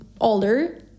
older